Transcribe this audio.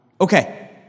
Okay